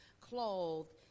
clothed